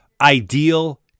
ideal